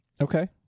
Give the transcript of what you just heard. Okay